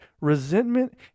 Resentment